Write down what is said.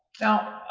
now,